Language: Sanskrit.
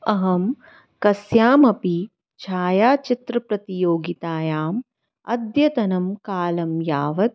अहं कस्यामपि छायाचित्रप्रतियोगितायाम् अद्यतनं कालं यावत्